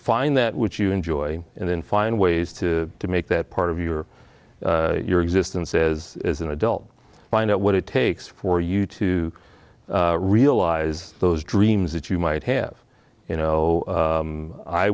find that which you enjoy and then find ways to to make that part of your your existence says as an adult find out what it takes for you to realize those dreams that you might have you know